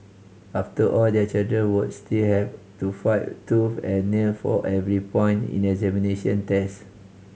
after all their children would still have to fight tooth and nail for every point in examination test